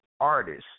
artists